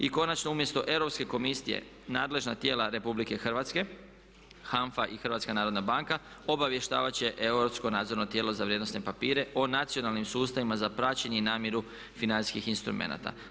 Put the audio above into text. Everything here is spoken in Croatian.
I konačno umjesto Europske komisije nadležna tijela RH HANFA i HNB obavještavat će europsko nadzorno tijelo za vrijednosne papire po nacionalnim sustavima za praćenje i namiru financijskih instrumenata.